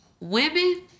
women